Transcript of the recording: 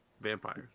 Vampires